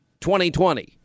2020